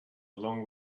long